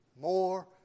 more